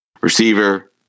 Receiver